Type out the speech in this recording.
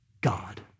God